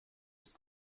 ist